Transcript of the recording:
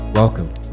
Welcome